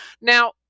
Now